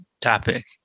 topic